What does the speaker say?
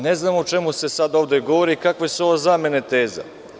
Ne znam o čemu se sada ovde govori i kakve su ovo zamene teza.